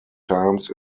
times